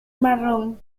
marrón